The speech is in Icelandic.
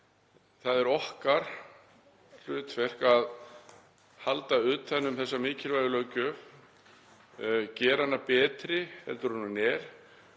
það er okkar hlutverk að halda utan um þessa mikilvægu löggjöf, gera hana betri en hún er